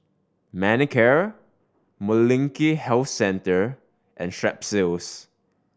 Manicare Molnylcke Health Centre and Strepsils